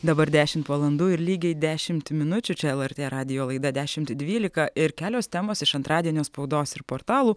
dabar dešimt valandų ir lygiai dešimt minučių čia lrt radijo laida dešimt dvylika ir kelios temos iš antradienio spaudos ir portalų